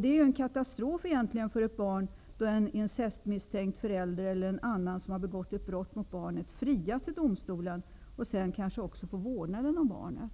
Det är ju egentligen katastrof för ett barn om en incestmisstänkt förälder eller annan som har begått ett brott mot barnet frias i domstolen och dessutom kanske får vårdnaden om barnet.